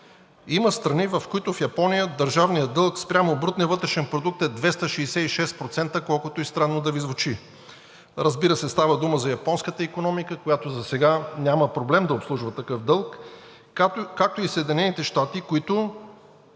има страни – в Япония държавният дълг спрямо брутния вътрешен продукт е 266%, колкото и странно да Ви звучи. Разбира се, става дума за японската икономика, която засега няма проблем да обслужва такъв дълг. Както и Съединените щати, на които